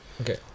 Okay